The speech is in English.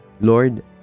Lord